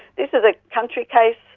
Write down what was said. this is a country case.